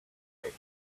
shape